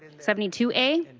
seventy two a?